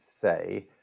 say